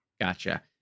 gotcha